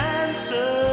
answer